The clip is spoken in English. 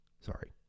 Sorry